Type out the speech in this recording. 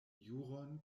juron